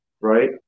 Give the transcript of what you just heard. right